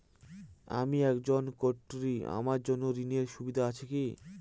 আমি একজন কট্টি আমার জন্য ঋণের সুবিধা আছে কি?